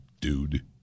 dude